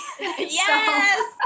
Yes